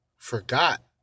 forgot